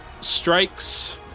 strikes